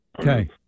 Okay